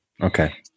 Okay